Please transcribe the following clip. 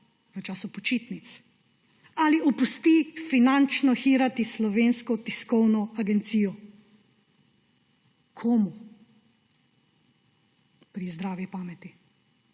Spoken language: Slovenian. v času počitnic ali pusti finančno hirati Slovensko tiskovno agencijo? Komu, pri zdravi pameti?